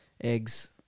Eggs